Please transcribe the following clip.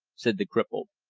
said the cripple.